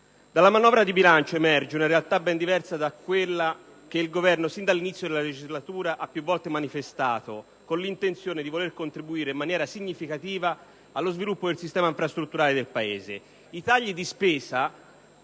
Dalla manovra di bilancio emerge una realtà ben diversa da quella che il Governo, sin dall'inizio della legislatura, ha più volte manifestato con l'intenzione di voler contribuire in maniera significativa allo sviluppo del sistema infrastrutturale del Paese. I tagli di spesa